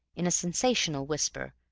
in a sensational whisper,